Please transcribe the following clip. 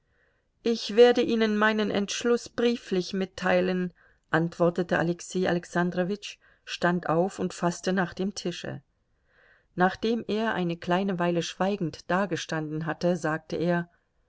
ich werde ihnen meinen entschluß brieflich mitteilen antwortete alexei alexandrowitsch stand auf und faßte nach dem tische nachdem er eine kleine weile schweigend dagestanden hatte sagte er